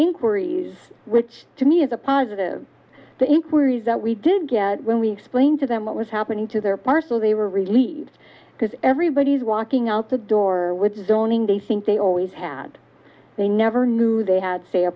inquiries which to me is a positive the inquiries that we did get when we explain to them what was happening to their parcel they were relieved because everybody's walking out the door which zoning they think they always had they never knew they had